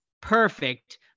perfect